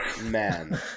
Man